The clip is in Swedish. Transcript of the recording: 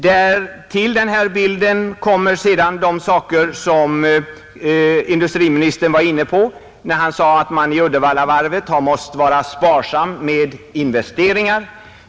Men till den bilden kommer sedan det som industriministern nämnde när han sade att man i Uddevallavarvet har måst vara sparsam med investeringar.